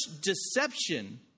deception